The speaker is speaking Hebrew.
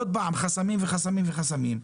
עוד פעם חסמים וחסמים וחסמים.